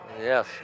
Yes